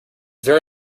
very